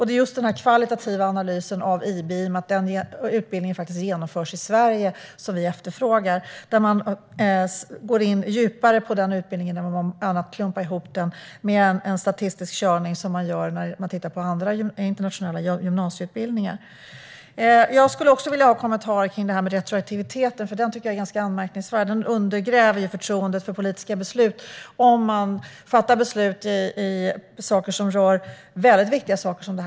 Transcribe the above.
Det är just en sådan kvalitativ analys av IB som vi efterfrågar, i och med att denna utbildning faktiskt genomförs i Sverige - en analys där man går in djupare på utbildningen i stället för att klumpa ihop den i en statistisk körning, som man gör när man tittar på andra internationella gymnasieutbildningar. Jag skulle vilja ha en kommentar om retroaktiviteten, för den tycker jag är ganska anmärkningsvärd. Den undergräver förtroendet för politiska beslut som fattas om viktiga saker som elevers utbildning och framtid.